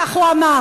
כך הוא אמר,